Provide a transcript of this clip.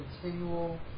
continual